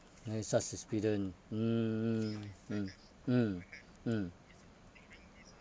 any such experience mm mm mm mm